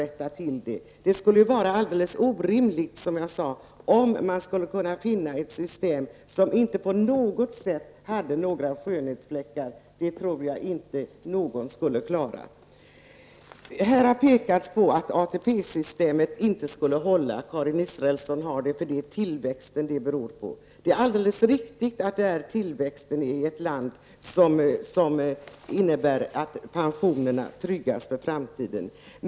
Det skulle, som jag sade, vara alldeles orimligt att kräva ett system som inte hade några som helst skönhetsfläckar. Det tror jag inte att någon skulle klara. Karin Israelsson har talat om att ATP-systemet inte skulle hålla, eftersom det är beroende av tillväxten. Det är alldeles riktigt att tillväxten i ett land tryggar pensionerna för framtiden.